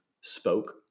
spoke